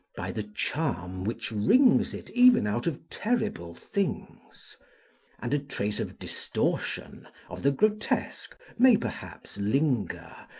by the charm which wrings it even out of terrible things and a trace of distortion, of the grotesque, may perhaps linger,